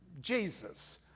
Jesus